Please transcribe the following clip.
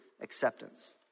acceptance